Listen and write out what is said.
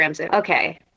Okay